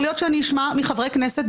יכול להיות שאני אשמע מחברי כנסת,